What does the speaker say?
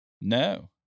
No